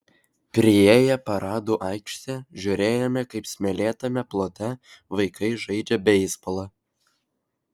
priėję paradų aikštę žiūrėjome kaip smėlėtame plote vaikai žaidžia beisbolą